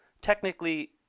technically